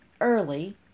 early